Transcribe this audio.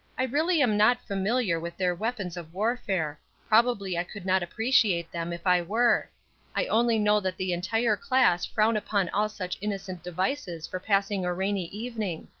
i really am not familiar with their weapons of warfare probably i could not appreciate them if i were i only know that the entire class frown upon all such innocent devices for passing a rainy evening.